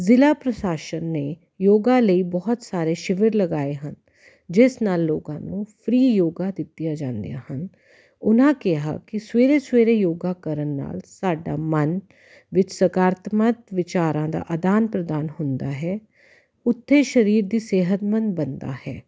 ਜ਼ਿਲ੍ਹਾ ਪ੍ਰਸ਼ਾਸਨ ਨੇ ਯੋਗਾ ਲਈ ਬਹੁਤ ਸਾਰੇ ਸ਼ਿਵਰ ਲਗਾਏ ਹਨ ਜਿਸ ਨਾਲ ਲੋਕਾਂ ਨੂੰ ਫਰੀ ਯੋਗਾ ਦਿੱਤੀਆਂ ਜਾਂਦੀਆਂ ਹਨ ਉਹਨਾਂ ਕਿਹਾ ਕਿ ਸਵੇਰੇ ਸਵੇਰੇ ਯੋਗਾ ਕਰਨ ਨਾਲ ਸਾਡਾ ਮਨ ਵਿੱਚ ਸਕਾਰਾਤਮਕ ਵਿਚਾਰਾਂ ਦਾ ਅਦਾਨ ਪ੍ਰਦਾਨ ਹੁੰਦਾ ਹੈ ਉੱਥੇ ਸਰੀਰ ਵੀ ਸਿਹਤਮੰਦ ਬਣਦਾ ਹੈ